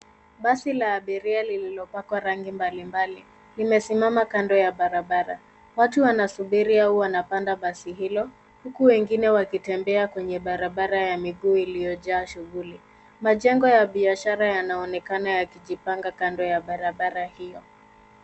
Basi la abiria lililopakwa rangi mbalimbali limesimama kando ya barabara .Watu wanasubiri au wanapanda basi hilo huku wengine wakitembea kwenye barabara ya miguu iliyojaa shughuli. Majengo ya biashara yanaonekana yakijipanga kando ya barabara hiyo.